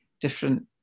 different